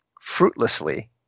fruitlessly